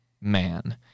man